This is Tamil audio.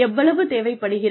எவ்வளவு தேவைப்படுகிறது